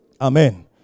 Amen